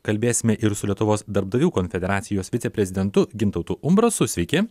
kalbėsime ir su lietuvos darbdavių konfederacijos viceprezidentu gintautu umbrasu sveiki